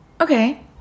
Okay